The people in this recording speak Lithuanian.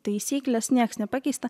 taisyklės nieks nepakeista